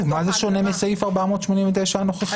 מה זה שונה מסעיף 489 הנוכחי?